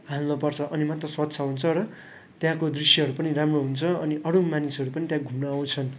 फाल्न पर्छ अनि मात्रै स्वच्छ हुन्छ र त्यहाँको दृश्यहरू पनि राम्रो हुन्छ अनि अरू मानिसहरू पनि त्यहाँ घुम्न आउँछन्